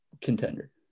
contender